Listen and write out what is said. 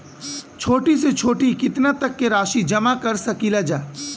छोटी से छोटी कितना तक के राशि जमा कर सकीलाजा?